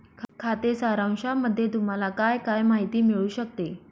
खाते सारांशामध्ये तुम्हाला काय काय माहिती मिळू शकते?